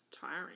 tiring